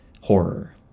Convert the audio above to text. horror